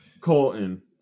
Colton